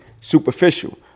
superficial